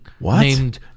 named